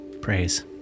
Praise